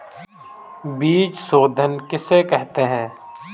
बीज शोधन किसे कहते हैं?